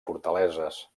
fortaleses